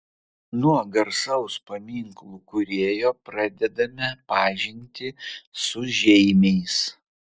nuo garsaus paminklų kūrėjo pradedame pažintį su žeimiais